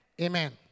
Amen